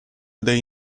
dei